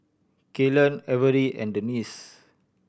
Kaylen Avery and Denise